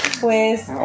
pues